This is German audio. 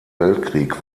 weltkrieg